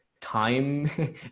time